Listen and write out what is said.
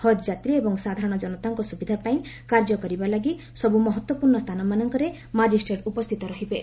ହଜଯାତ୍ରୀ ଏବଂ ସାଧାରଣ ଜନତାଙ୍କ ସୁବିଧା ପାଇଁ କାର୍ଯ୍ୟ କରିବା ଲାଗି ସବୁ ମହତ୍ୱପୂର୍ଣ୍ଣ ସ୍ଥାନମାନଙ୍କର ମାଜିଷ୍ଟ୍ରେଟ ଉପସ୍ଥିତ ରହିବେ